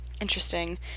Interesting